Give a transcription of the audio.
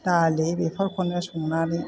दालि बेफोरखौनो संनानै